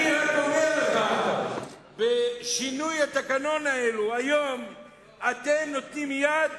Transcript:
אני רק אומר לך, בשינוי התקנון היום אתם נותנים יד